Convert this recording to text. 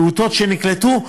פעוטות שנקלטו.